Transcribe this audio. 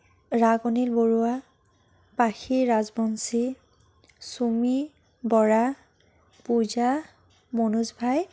ৰাগ অনিল বৰুৱা পাখি ৰাজবংছী চুমি বৰা পূজা মনোজ ভাই